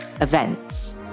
events